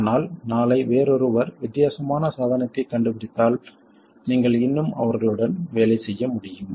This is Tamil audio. ஆனால் நாளை வேறொருவர் வித்தியாசமான சாதனத்தை கண்டுபிடித்தால் நீங்கள் இன்னும் அவர்களுடன் வேலை செய்ய முடியும்